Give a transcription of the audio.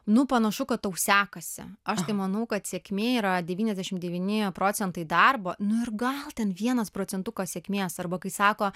nu panašu kad tau sekasi aš tai manau kad sėkmė yra devyniasdešim devyni procentai darbo nu ir gal ten vienas procentukas sėkmės arba kai sako